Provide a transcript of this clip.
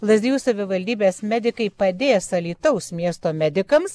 lazdijų savivaldybės medikai padės alytaus miesto medikams